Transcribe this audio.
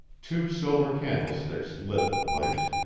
two silver candlesticks lit the place.